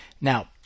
Now